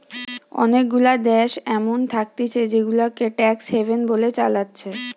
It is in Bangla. অনেগুলা দেশ এমন থাকতিছে জেগুলাকে ট্যাক্স হ্যাভেন বলে চালাচ্ছে